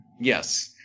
Yes